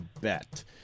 bet